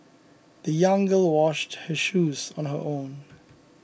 the young girl washed her shoes on her own